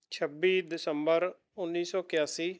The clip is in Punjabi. ਛੱਬੀ ਦਸੰਬਰ ਉੱਨੀ ਸੌ ਇਕਿਆਸੀ